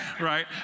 right